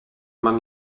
man